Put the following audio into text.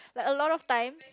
like a lot of times